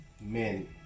men